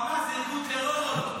חמאס זה ארגון טרור או לא?